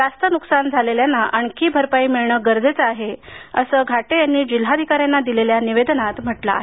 जास्त नुकसान झालेल्यांना आणखी भरपाई मिळणे गरजेचे आहे असं घाटे यांनी जिल्हाधिकाऱ्यांना दिलेल्या निवेदनात म्हटले आहे